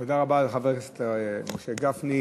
תודה רבה לחבר הכנסת משה גפני.